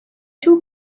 two